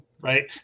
right